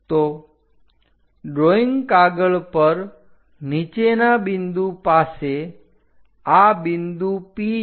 તો ડ્રોઈંગ કાગળ પર નીચેના બિંદુ પાસે આ બિંદુ P છે